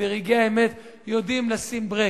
וברגעי האמת יודעים לשים ברקס.